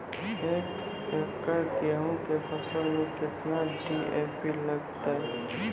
एक एकरऽ गेहूँ के फसल मे केतना डी.ए.पी लगतै?